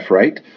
right